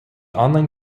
online